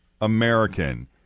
american